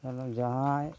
hello ᱡᱟᱦᱟᱭ